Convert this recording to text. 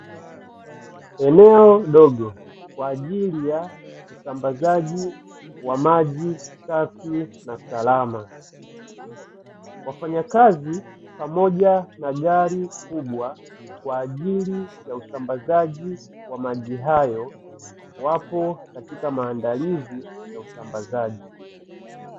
Eneo dogo kwa ajili ya usambazaji wa maji safi na salama. Wafanyakazi pamoja na gari kubwa kwa ajili ya usambazaji wa maji hayo, wapo katika maandalizi ya usambazaji.